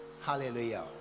hallelujah